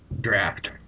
draft